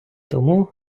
тому